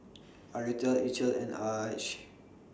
Aretha Eithel and Arch